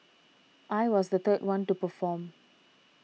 I was the third one to perform